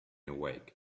awake